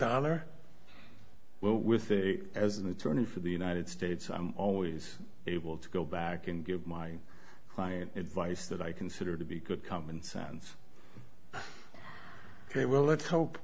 our well with as an attorney for the united states i'm always able to go back and give my client advice that i consider to be good common sense ok well let's hope